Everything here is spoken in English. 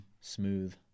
Smooth